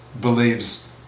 believes